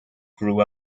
grew